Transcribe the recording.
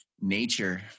nature